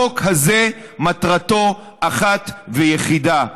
החוק הזה מטרתו אחת ויחידה: